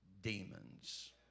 demons